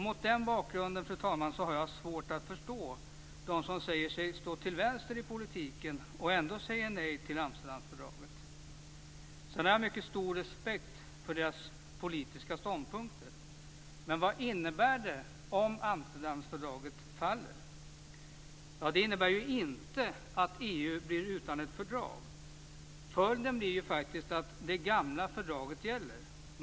Mot den bakgrunden, fru talman, har jag svårt att förstå dem som säger sig stå till vänster i politiken och ändå säger nej till Amsterdamfördraget. Jag har mycket stor respekt för deras politiska ståndpunkter, men vad innebär det om Amsterdamfördraget faller? Det innebär inte att EU blir utan ett fördrag. Följden blir faktiskt att det gamla fördraget gäller.